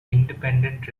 independent